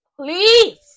Please